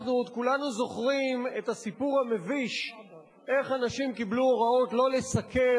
אנחנו כולנו עוד זוכרים את הסיפור המביש איך אנשים קיבלו הוראות לא לסקר